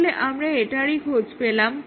তাহলে আমরা এটারই খোঁজ পেলাম